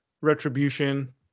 retribution